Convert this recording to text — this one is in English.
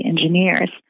engineers